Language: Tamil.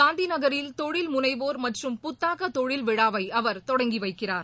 காந்திநகரில் தொழில் முனைவோர் மற்றும் புத்தாக்கதொழில் விழாவைஅவர் தொடங்கிவைக்கிறார்